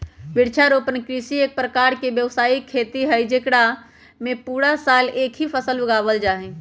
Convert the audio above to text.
वृक्षारोपण कृषि एक प्रकार के व्यावसायिक खेती हई जेकरा में पूरा साल ला एक ही फसल उगावल जाहई